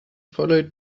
followed